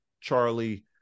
Charlie